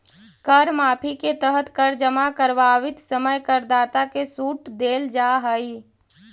कर माफी के तहत कर जमा करवावित समय करदाता के सूट देल जाऽ हई